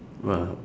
!wah!